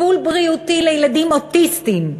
טיפול בריאותי לילדים אוטיסטים,